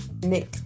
Nick